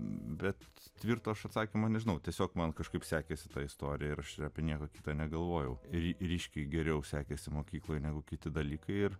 bet tvirto atsakymo nežinau tiesiog man kažkaip sekėsi tą istoriją ir ir apie nieką kita negalvojau ir ryškiai geriau sekėsi mokykloje negu kiti dalykai ir